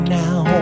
now